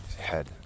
head